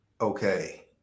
okay